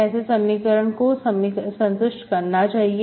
ऐसे समीकरण को संतुष्ट करना चाहिए